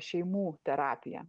šeimų terapija